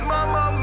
Mama